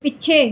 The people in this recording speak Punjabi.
ਪਿੱਛੇ